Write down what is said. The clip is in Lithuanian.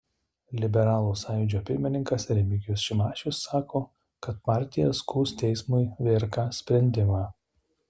liberalų sąjūdžio pirmininkas remigijus šimašius sako kad partija skųs teismui vrk sprendimą